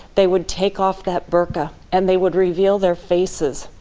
they would take off that burqa and they would reveal their faces.